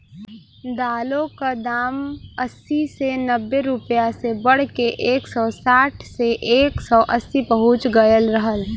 दालों क दाम अस्सी से नब्बे रुपया से बढ़के एक सौ साठ से एक सौ अस्सी पहुंच गयल रहल